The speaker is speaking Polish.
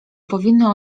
powinno